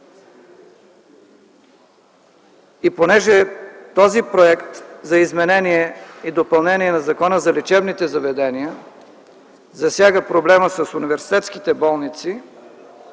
И понеже този проект за изменение и допълнение на Закона за лечебните заведения засяга проблема с университетските болници,